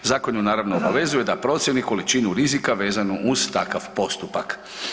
Zakon ju naravno obavezuje da procijeni količinu rizika vezanu uz takav postupak.